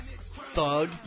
Thug